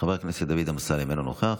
חבר הכנסת דוד אמסלם, אינו נוכח,